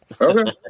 Okay